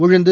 உளுந்து